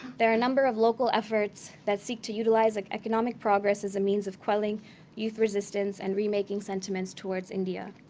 there are a number of local efforts that seek to utilize economic progress as a means of quelling youth resistance and remaking sentiments towards india.